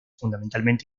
fundamentalmente